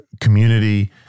community